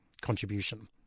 contribution